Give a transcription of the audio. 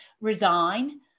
resign